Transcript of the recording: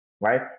right